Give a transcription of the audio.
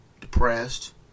depressed